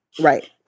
right